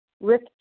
Rick